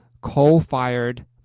coal-fired